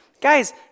Guys